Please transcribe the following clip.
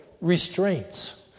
restraints